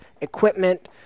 equipment